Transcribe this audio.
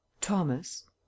Thomas